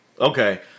okay